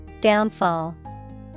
Downfall